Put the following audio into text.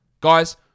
Guys